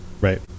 Right